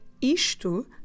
Isto